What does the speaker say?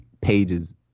pages